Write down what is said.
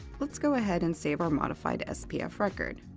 let's go ahead and save our modified spf record.